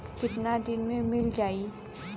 कितना दिन में मील जाई?